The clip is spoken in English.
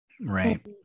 Right